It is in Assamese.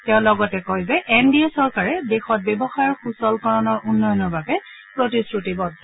তেওঁ লগতে কয় যে এন ডি এ চৰকাৰে দেশত ব্যৱসায়ৰ সুচলকৰণৰ উন্নয়নৰ বাবে প্ৰতিশ্ৰুতিবদ্ধ